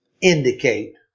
indicate